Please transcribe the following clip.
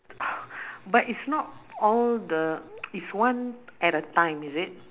but it's not all the it's one at a time is it